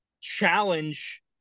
challenge